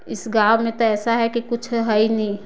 इस गाँव में तो ऐसा है कि कुछ है ही नहीं